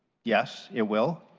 yes, it will,